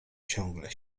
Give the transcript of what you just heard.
ciągle